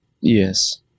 Yes